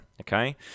Okay